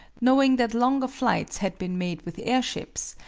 knowing that longer flights had been made with airships,